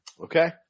Okay